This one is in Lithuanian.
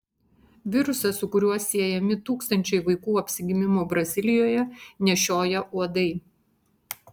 virusą su kuriuo siejami tūkstančiai vaikų apsigimimų brazilijoje nešioja uodai